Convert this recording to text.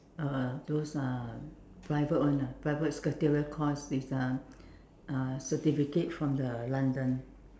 uh those uh private one ah private secretarial course with uh uh certificate from the London